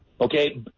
Okay